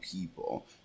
people